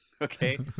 okay